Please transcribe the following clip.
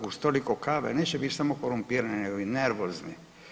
Uz toliko kave neće biti samo korumpirani nego i nervozni.